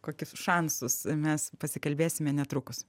kokius šansus mes pasikalbėsime netrukus